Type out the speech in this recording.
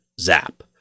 zap